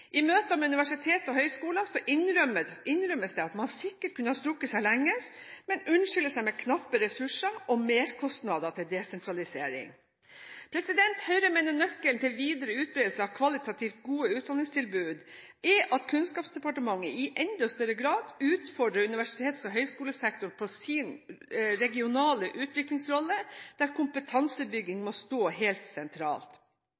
I møter med universitet og høyskoler innrømmes det at man sikkert kunne ha strukket seg lenger, men man unnskylder seg med knappe ressurser og merkostnader til desentralisering. Høyre mener nøkkelen til videre utbredelse av kvalitativt gode utdanningstilbud er at Kunnskapsdepartementet i enda større grad utfordrer universitets- og høyskolesektoren på sin regionale utviklingsrolle der